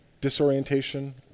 disorientation